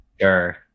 sure